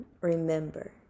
remember